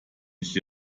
ich